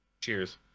Cheers